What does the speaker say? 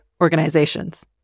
organizations